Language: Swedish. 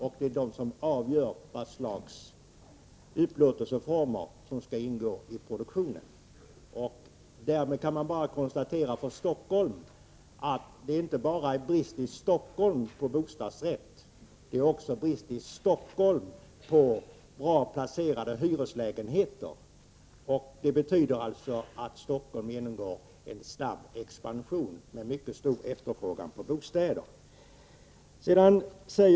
Det är de som avgör vilka upplåtelseformer som skall ingå i produktionen. Därmed kan man bara konstatera att det i Stockholm är brist på inte bara bostadsrätter utan även bra placerade hyreslägenheter. Det betyder att Stockholm genomgår en stark expansion med stor efterfrågan på bostäder.